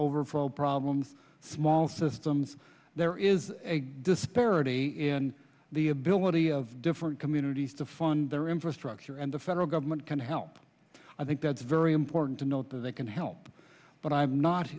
overflow problem small systems there is a disparity in the ability of different communities to fund their infrastructure and the federal government can help i think that's very important to note that they can help but i've not